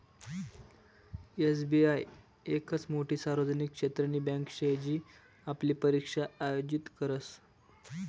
SBI येकच मोठी सार्वजनिक क्षेत्रनी बँके शे जी आपली परीक्षा आयोजित करस